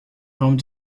home